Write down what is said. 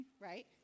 right